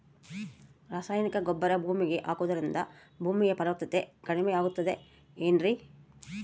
ರಾಸಾಯನಿಕ ಗೊಬ್ಬರ ಭೂಮಿಗೆ ಹಾಕುವುದರಿಂದ ಭೂಮಿಯ ಫಲವತ್ತತೆ ಕಡಿಮೆಯಾಗುತ್ತದೆ ಏನ್ರಿ?